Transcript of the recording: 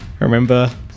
Remember